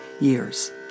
years